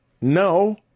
No